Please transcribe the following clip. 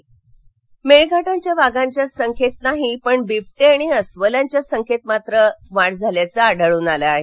मेळघाट मेळघाटात वाघांच्या संख्येत नाही पण बिबटे आणि अस्वलांच्या संख्येत वाढ झाल्याचं आढळून आलं आहे